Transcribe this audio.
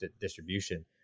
distribution